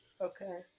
Okay